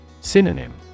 Synonym